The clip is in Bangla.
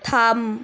থাম